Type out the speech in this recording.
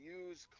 use